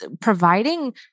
providing